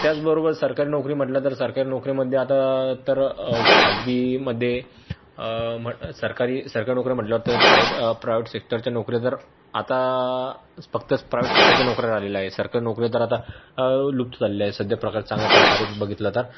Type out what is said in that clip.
त्याचबरोबर सरकारी नोकरी म्हटलं तर सरकारी नोकरीमध्ये आता तर खाजगीमध्ये म्हट सरकारी सरकारी नोकरी म्हटलं तर प्रायवेट प्रायवेट सेक्टरच्या नोकऱ्या तर आता स फक्तच प्रायवेट सेक्टरच्या नोकऱ्या राहिलेल्या आहेत सरकारी नोकऱ्या तर आता लुप्त झालेल्या आहेत सध्या प्रकार चांगल्या प्रकारेच बघितलं तर